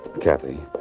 Kathy